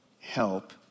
help